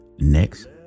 Next